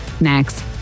next